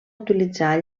utilitzar